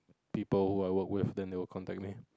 people who are work with then they will contact them